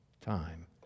time